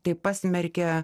tai pasmerkia